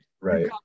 Right